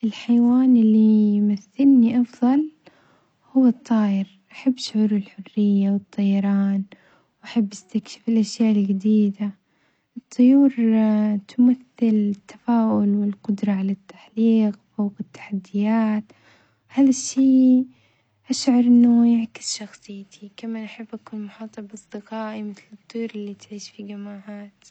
الحيوان اللي يمثلني أفظل هو الطائر، أحب شعور الحرية والطيران وأحب أستكشف الأشياء الجديدة، الطيور تمثل التفاؤل والقدرة على التحليق والتحديات وهذا الشي أشعر أنه يعكس شخصيتي كما أحب أكون محاطة بأصدقائي مثل الطيور اللي تعيش في جماعات.